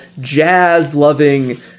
jazz-loving